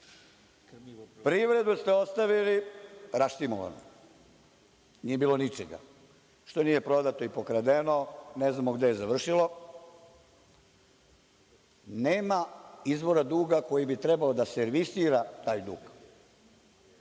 Privredu ste ostavili raštimovanu, nije bilo ničega što nije prodato i pokradeno, ne znamo gde je završilo. Nema izvora duga koji bi trebao da servisira taj dug.